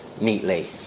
neatly